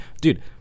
Dude